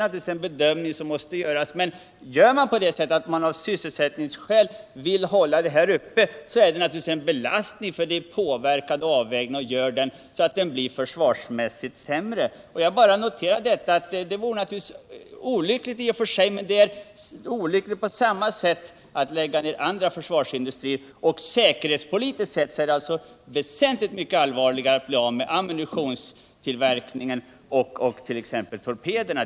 Men om man av sysselsättningsskäl vill upprätthålla denna produktion, medför det en belastning och en sämre försvarseffekt. Jag noterar Försvarspolitiken, bara att det i och för sig är olyckligt att lägga ner denna produktion, men det är också olyckligt att lägga ned andra försvarsindustrier. Säkerhetspolitiskt sett vore det väsentligt mycket allvarligare att bli av med ammunitionstillverkningen och torpedtillverkningen.